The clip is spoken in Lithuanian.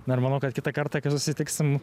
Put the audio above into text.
na ir manau kad kitą kartą susitiksim